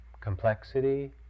complexity